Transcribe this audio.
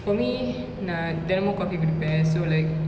for me நா தெனமு:na thenamu coffee குடிப்ப:kudipa so like